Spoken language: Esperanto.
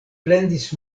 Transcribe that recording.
plendis